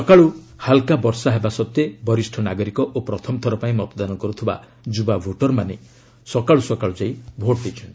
ସକାଳୁ ହାଲ୍କା ବର୍ଷା ହେବା ସତ୍ତ୍ୱେ ବରିଷ୍ଠ ନାଗରିକ ଓ ପ୍ରଥମ ଥରପାଇଁ ମତଦାନ କରୁଥିବା ଯୁବା ଭୋଟର୍ମାନେ ସକାଳୁ ସକାଳୁ ଯାଇ ଭୋଟ୍ ଦେଇଛନ୍ତି